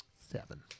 Seven